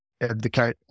advocate